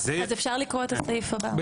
אז אפשר לקרוא את הסעיף הבא.